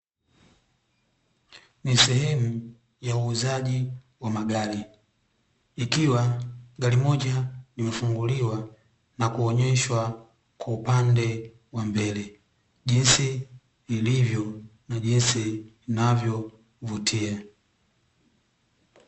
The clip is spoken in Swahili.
Ni sehemu ya uuzaji wa magari ikiwa gari moja limefunguliwa na kuonyeshwa kwa upande wa mbele jinsi lilivyo na jinsi linavyovutia.